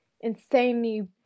insanely